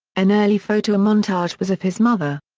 an early photomontage was of his mother.